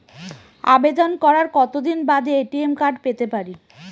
আবেদন করার কতদিন বাদে এ.টি.এম কার্ড পেতে পারি?